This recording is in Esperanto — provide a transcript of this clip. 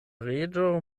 reĝo